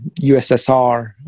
USSR